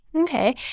Okay